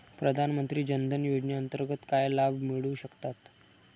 प्रधानमंत्री जनधन योजनेअंतर्गत काय लाभ मिळू शकतात?